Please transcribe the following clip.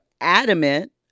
adamant